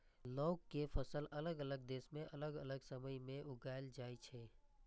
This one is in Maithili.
लौंग के फसल अलग अलग देश मे अलग अलग समय मे उगाएल जाइ छै